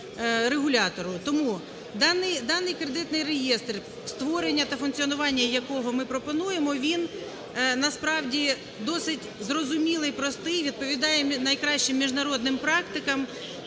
Тому даний кредитний реєстр, створення та функціонування якого ми пропонуємо, він насправді досить зрозумілий і простий, відповідає найкращим міжнародним практикам,